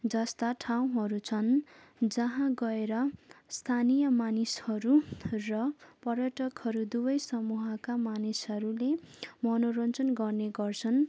जस्ता ठाउँहरू छन् जहाँ गएर स्थानीय मानिसहरू र पर्यटकहरू दुवै समूहका मानिसहरूले मनोरञ्जन गर्ने गर्छन्